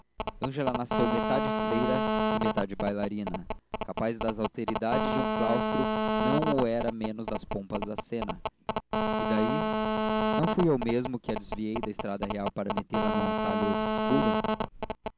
miséria ângela nasceu metade freira e metade bailarina capaz das austeridades de um claustro não o era menos das pompas da cena e dai não fui eu mesmo que a desviei da estrada real para metêla por um atalho obscuro